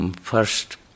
first